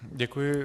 Děkuji.